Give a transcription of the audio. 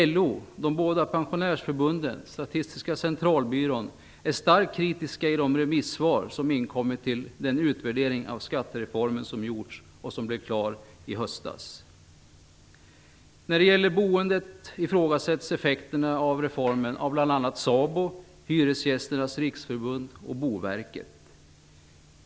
LO, de båda pensionärsförbunden och Statistiska centralbyrån är starkt kritiska i de remissvar som inkommit på den utvärdering av skattereformen som gjorts och som blev klar i höstas. När det gäller boendet ifrågasätts effekterna av reformen av bl.a. SABO, Hyresgästernas riksförbund och Boverket.